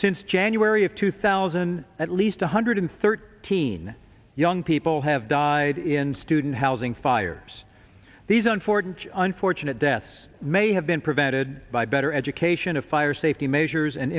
since january of two thousand at least one hundred thirteen young people have died in student housing fires these unfortunate unfortunate deaths may have been prevented by better education of fire safety measures and